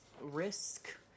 risk